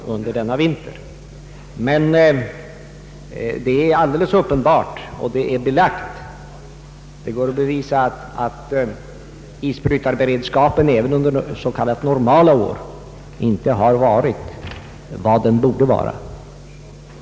Det är ändå alldeles uppenbart — det är belagt och bevisat — att isbrytarberedskapen även under s.k. normala år inte har varit vad den borde ha varit.